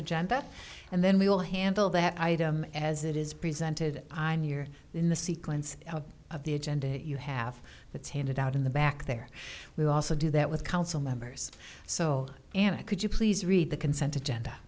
agenda and then we will handle that item as it is presented on your in the sequence of the agenda that you have attended out in the back there we also do that with council members so am i could you please read the consent agenda